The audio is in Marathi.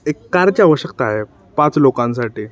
एक कार ची आवश्यकता आहे पाच लोकांसाठी